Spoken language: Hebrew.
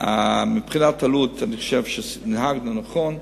מבחינת עלות אני חושב שנהגנו נכון,